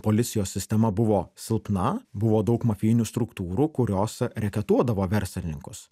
policijos sistema buvo silpna buvo daug mafijinių struktūrų kurios reketuodavo verslininkus